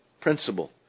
principle